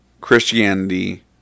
Christianity